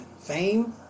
Fame